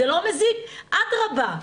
זה לא מזיק אדרבה.